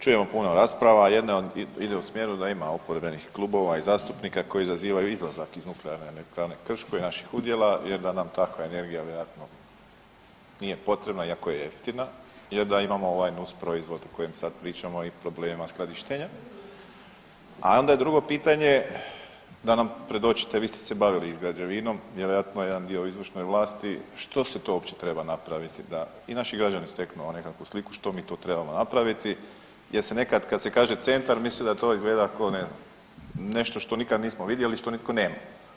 Čujemo puno rasprava, jedna ide u smjeru da ima oporbenih kluba i zastupnika koji zazivaju izlazak iz NE Krško i naših udjela jer da nam takva energija vjerojatno nije potrebna iako je jeftina jer da imamo ovaj nusproizvod o kojem sad pričamo i problemima skladištenja, a onda je drugo pitanje da nam predočite, vi ste bavili i s građevinom, vjerojatno jedan dio u izvršnoj vlasti, što se to uopće treba napraviti da i naši građani steknu nekakvu sliku što mi to trebamo napraviti jer se nekad, kad se kaže centar, misli da to izgleda kao ne znam, nešto što nikad nismo vidjeli, što nitko nema.